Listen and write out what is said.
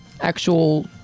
actual